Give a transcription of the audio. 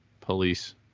police